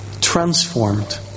transformed